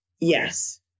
Yes